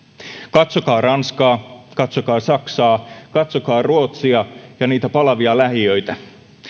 katsokaa ranskaa katsokaa saksaa katsokaa ruotsia ja niitä palavia lähiöitä